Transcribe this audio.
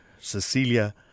Cecilia